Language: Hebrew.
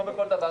כמו בכל דבר,